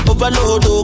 Overload